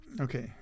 Okay